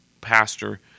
pastor